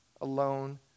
alone